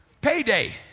payday